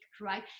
Right